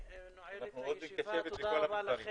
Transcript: הישיבה נעולה.